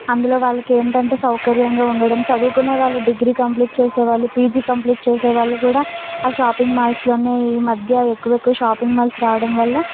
అందులో వాళ్ళకి ఏంటంటే సౌకర్యంగా ఉండడం చదువుకునే వాళ్ళు డిగ్రీ కంప్లీట్ చేసే వాళ్ళు పీజీ కంప్లీట్ చేసే వాళ్ళు కూడా ఆ షాపింగ్ మాల్స్ లో ఈ మధ్య ఎక్కువెక్కువ షాపింగ్ మాల్స్ రావటం వల్ల